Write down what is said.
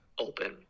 open